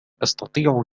أستطيع